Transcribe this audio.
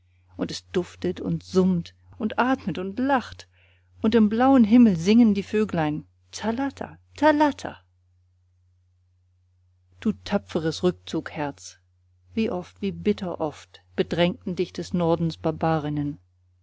und es duftet und summt und atmet und lacht und im blauen himmel singen die vöglein thalatta thalatta du tapferes rückzugherz wie oft wie bitteroft bedrängten dich des nordens